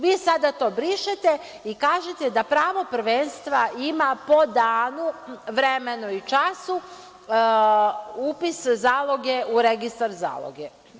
Vi sada to brišete i kažete da pravo prvenstva ima po danu, vremenu i času upis zaloge u registar zaloge.